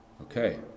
Okay